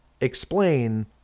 explain